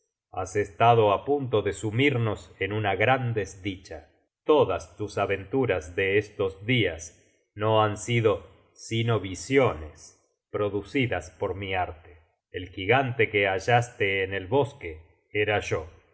has estado á punto de sumirnos en una gran desdicha todas tus aventuras de estos dias no han sido sino visiones producidas por mi arte el gigante que hallaste en el bosque era yo